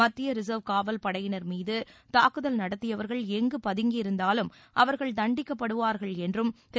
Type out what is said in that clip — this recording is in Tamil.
மத்திய ரிசர்வ் காவல்படையினர் மீது தாக்குதல் நடத்தியவர்கள் எங்கு பதுங்கியிருந்தாலும் அவர்கள் தண்டிக்கப்படுவார்கள் என்றும் திரு